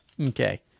Okay